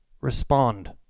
respond